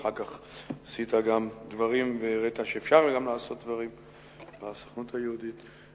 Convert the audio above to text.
אחר כך עשית גם דברים והראית שאפשר גם לעשות דברים בסוכנות היהודית.